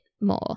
more